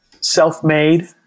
self-made